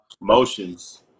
Motions